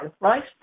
right